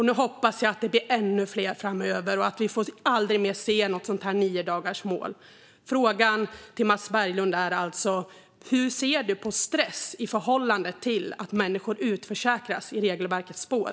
Nu hoppas jag att det blir ännu fler framöver och att vi aldrig mer får se något sådant här niodagarsmål. Frågan till Mats Berglund är alltså: Hur ser du på stress i förhållande till att människor utförsäkras i regelverkets spår?